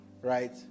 Right